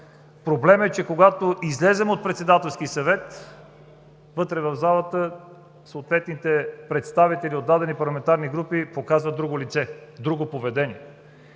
проблемът е, че когато излезем от Председателски съвет, вътре, в залата, съответните представители от дадени парламентарни групи показват друго лице, друго поведение.